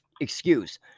excuse